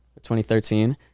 2013